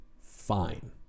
fine